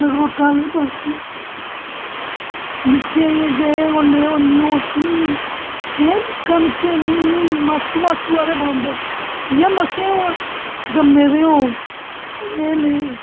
नगरोटा आहले पास्सै निक्के होंदे हे उसले इन्नी होश नेई ही ऐ निक्के निक्के इन्ने इन्ने मासो मासो आरे बांदर जियां मसेआं जम्मे दे ओ एह् नेह् ऐ